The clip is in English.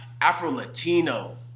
afro-latino